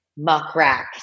Muckrack